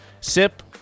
Sip